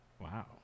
Wow